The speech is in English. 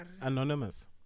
Anonymous